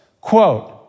quote